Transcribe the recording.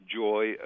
joy